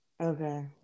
Okay